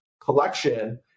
collection